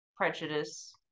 Prejudice